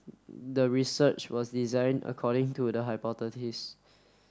the research was designed according to the hypothesis